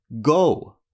Go